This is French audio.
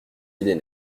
idées